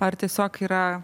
ar tiesiog yra